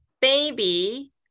baby